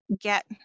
get